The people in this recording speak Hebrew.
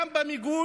גם במיגון,